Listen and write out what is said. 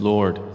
Lord